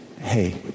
hey